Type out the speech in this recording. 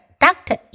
Doctor